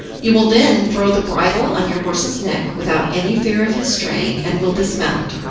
you will then throw the bridle on your horse's neck without any fear of his straying, and will dismount.